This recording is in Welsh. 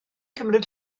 cymryd